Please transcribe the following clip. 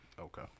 Okay